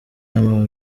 n’ama